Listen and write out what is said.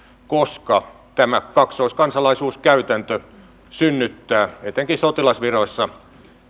koska kaksoiskansalaisuuskäytäntö synnyttää etenkin sotilasviroissa